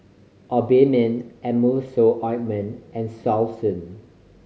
Obimin Emulsying Ointment and Selsun